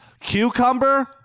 Cucumber